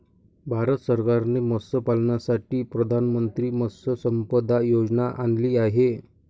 भारत सरकारने मत्स्यपालनासाठी प्रधानमंत्री मत्स्य संपदा योजना आणली आहे